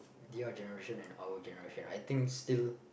their generation and our generation I think still